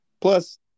Plus